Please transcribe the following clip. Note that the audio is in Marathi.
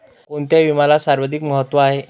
कोणता विम्याला सर्वाधिक महत्व आहे?